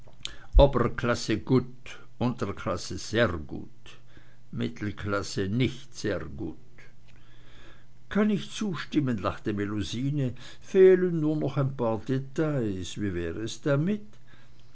gutt unterklasse serr gutt mittelklasse nicht serr gutt kann ich zustimmen lachte melusine fehlen nur noch ein paar details wie wär es damit